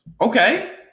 okay